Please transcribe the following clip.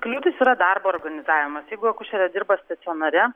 kliūtys yra darbo organizavimas jeigu akušerė dirba stacionare